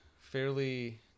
fairly